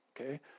okay